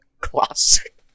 classic